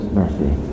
mercy